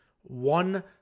one